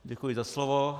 Děkuji za slovo.